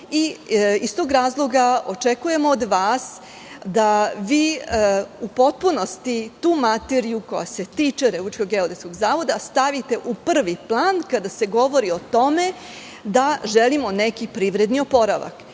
Iz tog razloga očekujemo od vas da u potpunosti tu materiju koja se tiče Republičkog geodetskog zavoda stavite u prvi plan kada se govori o tome da želimo neki privredni oporavak,